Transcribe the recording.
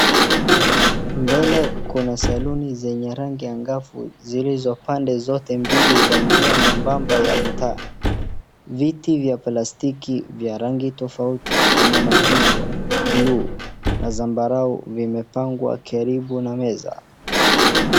Mbele kuna saluni zenye rangi za ngavu zilizopande zote mbili za njia nyembamba ya mtaa. Viti vya plastiki vya rangi tofauti kama machungwa, bulu na zambarau vimepangwa karibu na meza.